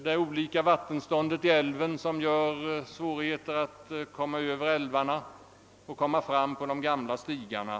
Det skiftande vattenståndet i älven medför svårigheter för renhjordarna att passera denna och att använda de gamla stigarna.